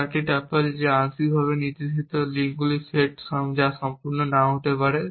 চারটি টপল যা আংশিকভাবে নির্দেশিত লিঙ্কগুলির সেট যা সম্পূর্ণ নাও হতে পারে